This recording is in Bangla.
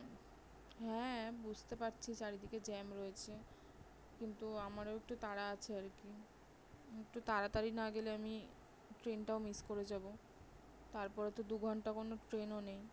হ্যাঁ বুঝতে পারছি চারিদিকে জ্যাম রয়েছে কিন্তু আমারও একটু তাড়া আছে আর কি একটু তাড়াতাড়ি না গেলে আমি ট্রেনটাও মিস করে যাবো তারপরে তো দু ঘন্টা কোনো ট্রেনও নেই